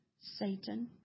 satan